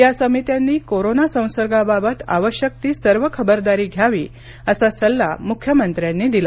या समित्यांनी कोरोना संसर्गाबाबत आवश्यक ती सर्व खबरदारी घ्यावी असा सल्ला मुख्यमंत्र्यांनी दिला